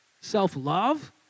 self-love